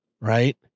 right